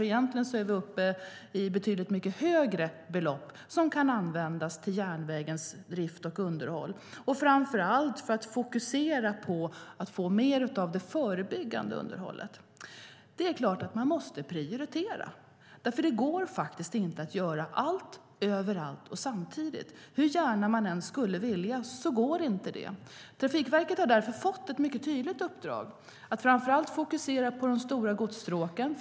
Egentligen är vi uppe i betydligt mycket högre belopp som kan användas till järnvägens drift och underhåll, framför allt för att fokusera mer på det förebyggande underhållet. Det är klart att man måste prioritera. Det går faktiskt inte att göra allt överallt och samtidigt. Hur gärna man än skulle vilja går det inte. Trafikverket har därför fått ett mycket tydligt uppdrag att framför allt fokusera på de stora godsstråken.